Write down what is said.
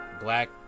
black